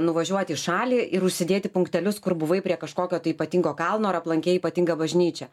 nuvažiuot į šalį ir užsidėti punktelius kur buvai prie kažkokio tai ypatingo kalno ar aplankei ypatingą bažnyčią